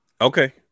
Okay